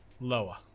Lower